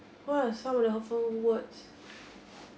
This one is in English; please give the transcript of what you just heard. what're some of the hurtful words